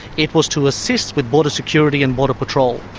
it was to assist with border security and border control.